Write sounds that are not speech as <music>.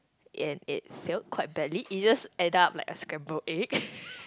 and it failed quite badly it just ended up like a scrambled egg <laughs>